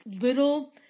little